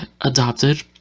adopted